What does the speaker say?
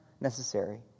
necessary